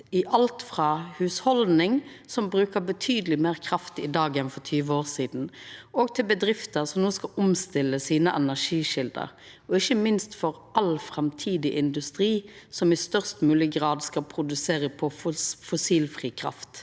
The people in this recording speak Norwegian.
alt frå hushald som bruker betydeleg meir kraft i dag enn for 20 år sidan, til bedrifter som no skal omstilla energikjeldene sine, og ikkje minst for all framtidig industri som i størst mogleg grad skal produsera på fossilfri kraft.